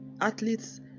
athletes